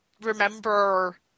remember